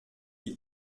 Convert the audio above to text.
die